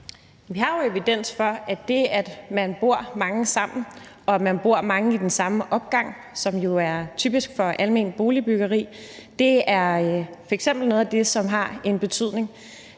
Vi har jo evidens for, at det, at man bor mange sammen, og at man bor mange i den samme opgang, som jo er typisk for alment boligbyggeri, er noget af det, der f.eks. har en betydning.